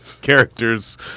characters